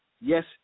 Yes